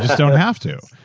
don't have to,